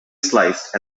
sliced